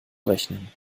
rechnen